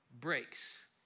breaks